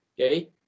Okay